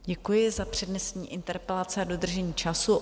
Děkuji za přednesení interpelace a dodržení času.